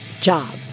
job